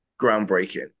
Groundbreaking